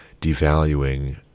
devaluing